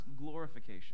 glorification